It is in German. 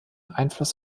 einfluss